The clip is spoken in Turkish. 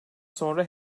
sonra